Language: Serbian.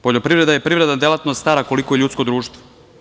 Poljoprivreda je privredna delatnost stara koliko i ljudsko društvo.